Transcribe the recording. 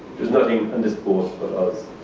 there's nothing on this boat but us.